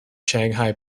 shanghai